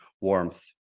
warmth